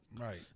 Right